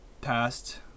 past